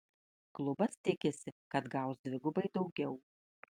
klubas tikisi kad gaus dvigubai daugiau